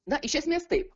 na iš esmės taip